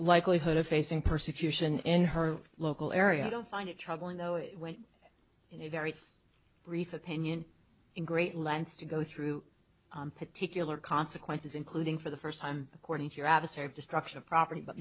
likelihood of facing persecution in her local area i don't find it troubling though it went in a very brief opinion in great lengths to go through particular consequences including for the first time according to your adversary of destruction of property but